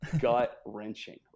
gut-wrenching